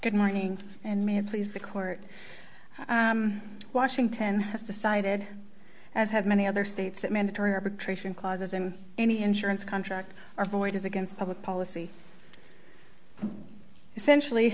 good morning and may please the court washington has decided as have many other states that mandatory arbitration clauses in any insurance contract are void is against public policy essentially